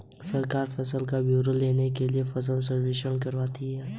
सरकार फसल का ब्यौरा लेने के लिए फसल सर्वेक्षण करवाती है